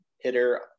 hitter